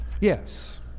Yes